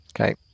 Okay